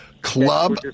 Club